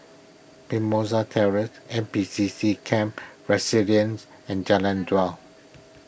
Mimosa Terrace N P C C Camp Resilience and Jalan Daud